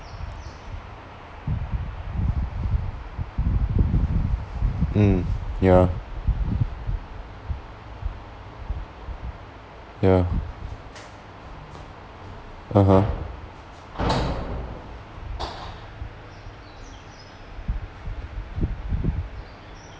mm yeah yeah (uh huh)